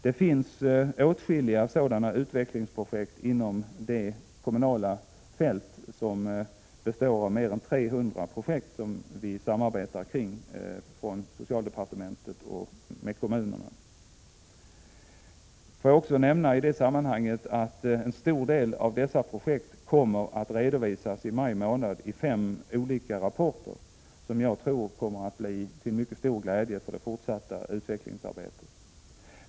Det finns åtskilliga sådana utvecklingsprojekt inom det kommunala fältet, mer än 300 projekt som socialdepartementet och kommunerna samarbetar med. Jag vill också i det sammanhanget nämna att en stor del av dessa projekt kommer att redovisas i maj månad i fem olika rapporter, som jag tror kommer att bli till mycket stor glädje i det fortsatta utvecklingsarbetet.